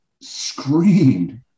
screamed